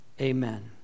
Amen